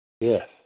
Yes